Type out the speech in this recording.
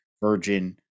Virgin